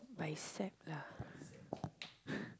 bicep lah